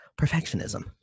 Perfectionism